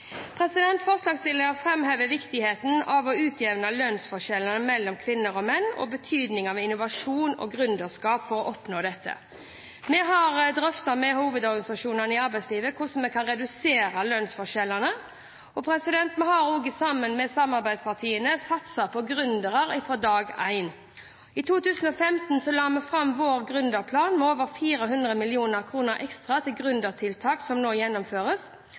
menn og betydningen av innovasjon og gründerskap for å oppnå dette. Vi har drøftet med hovedorganisasjonene i arbeidslivet hvordan vi kan redusere lønnsforskjellene. Vi har også sammen med samarbeidspartiene satset på gründere fra dag én. I 2015 la vi fram vår gründerplan, med over 400 mill. kr ekstra til gründertiltak som nå gjennomføres.